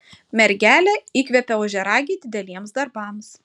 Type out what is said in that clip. mergelė įkvepia ožiaragį dideliems darbams